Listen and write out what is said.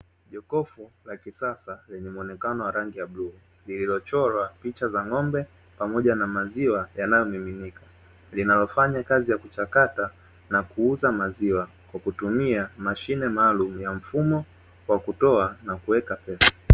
Jokofu la kisasa lenye muonekano wa rangi ya bluu, lililochorwa picha za ng'ombe pamoja na maziwa yanayomiminika, linalofanya kazi ya kuchakata na kuuza maziwa, kwa kutumia mashine maalumu ya mfumo kwa kutoa na kuweka pesa.